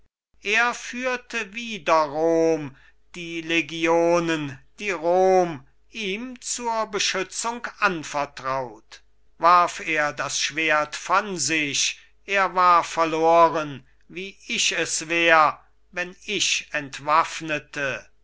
er führte wider rom die legionen die rom ihm zur beschützung anvertraut warf er das schwert von sich er war verloren wie ich es wär wenn ich entwaffnete